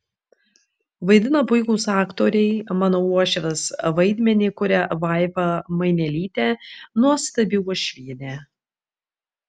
vaidina puikūs aktoriai mano uošvės vaidmenį kuria vaiva mainelytė nuostabi uošvienė